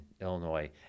Illinois